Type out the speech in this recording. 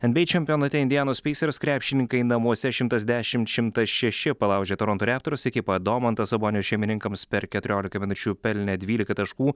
nba čempionate indianos peisers krepšininkai namuose šimtas dešim šimtas šeši palaužė toronto reptors ekipą domantas sabonis šeimininkams per keturiolika minučių pelnė dvylika taškų